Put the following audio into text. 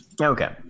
okay